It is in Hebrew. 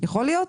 יכול להיות?